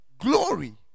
Glory